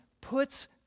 puts